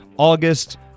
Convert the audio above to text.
August